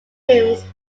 ins